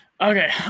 Okay